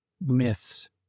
myths